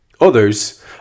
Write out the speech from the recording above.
Others